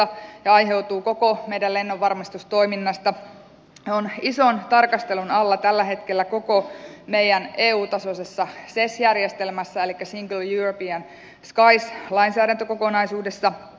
se aiheutuu koko meidän lennonvarmistustoiminnasta ja on ison tarkastelun alla tällä hetkellä koko meidän eu tasoisessa ses järjestelmässä elikkä single european sky lainsäädäntökokonaisuudessa